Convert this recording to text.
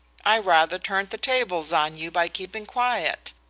i rather turned the tables on you by keeping quiet.